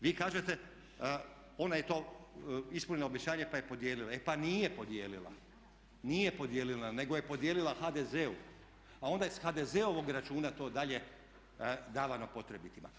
Vi kažete ona je ispunila obećanje pa je podijelila, e pa nije podijelila, nije podijelila nego je podijelila HDZ-u, a onda je s HDZ-ovog računa to dalje davano potrebitima.